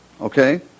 okay